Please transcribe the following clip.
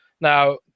now